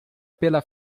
pela